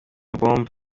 bombo